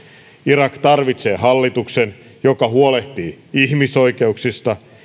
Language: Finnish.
irak tarvitsee hallituksen joka huolehtii ihmisoikeuksista